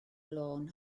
lôn